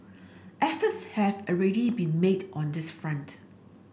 efforts have already been made on this front